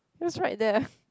your's right there